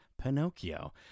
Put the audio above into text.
Pinocchio